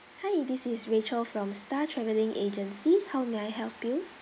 hi this is rachel from star travelling agency how may I help you